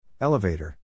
Elevator